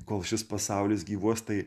kol šis pasaulis gyvuos tai